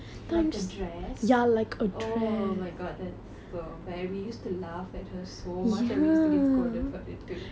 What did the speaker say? like a dress oh my god that's so but we used to laugh at her so much that we used to get scolded for it too